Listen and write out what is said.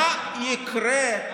מה יקרה,